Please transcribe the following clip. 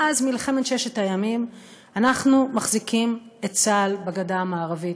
מאז מלחמת ששת הימים אנחנו מחזיקים את צה"ל בגדה המערבית,